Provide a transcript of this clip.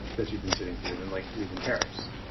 that you've been sitting through it and like, who even cares?